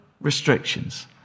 restrictions